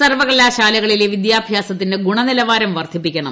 സർവ്വകലാശാലകളിലെ വിദ്യാഭ്യാസത്തിന്റെ ഗുണനിലവാരം വർദ്ധിപ്പിക്കണം